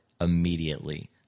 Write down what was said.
immediately